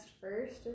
first